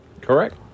Correct